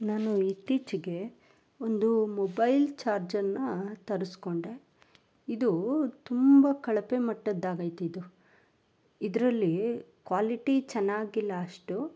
ನಾನು ಇತ್ತೀಚೆಗೆ ಒಂದು ಮೊಬೈಲ್ ಚಾರ್ಜರನ್ನ ತರಿಸ್ಕೊಂಡೆ ಇದು ತುಂಬ ಕಳಪೆ ಮಟ್ಟದ್ದಾಗೈತೆ ಇದು ಇದರಲ್ಲಿ ಕ್ವಾಲಿಟಿ ಚೆನ್ನಾಗಿಲ್ಲ ಅಷ್ಟು